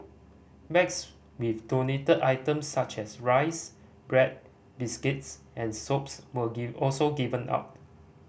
bags with donated items such as rice bread biscuits and soaps were give also given out